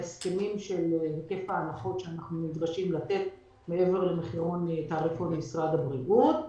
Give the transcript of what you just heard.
בהסכמים ובהיקף ההנחות שאנחנו נדרשים לתת מעבר לתעריפון משרד הבריאות.